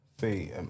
See